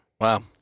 Wow